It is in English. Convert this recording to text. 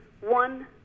one